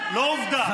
ועובדה,